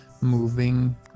moving